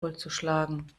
vollzuschlagen